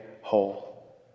whole